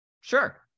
Sure